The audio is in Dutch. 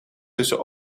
tussen